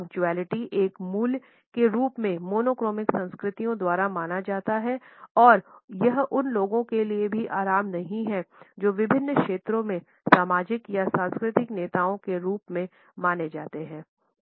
punctuality एक मूल्य के रूप में मोनोक्रोमिक संस्कृतियों द्वारा माना जाता है और यह उन लोगों के लिए भी आराम नहीं है जो विभिन्न क्षेत्रों में सामाजिक या सांस्कृतिक नेताओं के रूप में माने जाते है